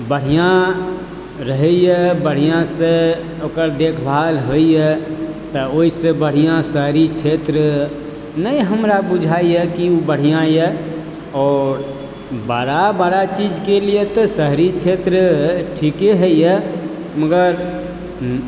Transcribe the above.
बढ़िआँ रहैए बढ़िआँसँ ओकर देखभाल होइए तऽ ओहिसँ बढ़िआँ शहरी क्षेत्र नहि हमरा बुझाइए की उ बढ़िआँ यऽ आओर बड़ा बड़ा चीजके लिए तऽ शहरी क्षेत्र ठीके होइए मगर